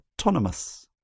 Autonomous